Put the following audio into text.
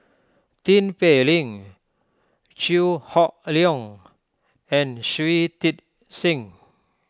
Tin Pei Ling Chew Hock Leong and Shui Tit Sing